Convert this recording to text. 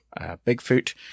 Bigfoot